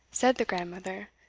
said the grandmother,